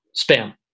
spam